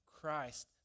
Christ